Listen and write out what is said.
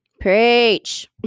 Preach